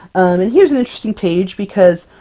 and here's an interesting page because,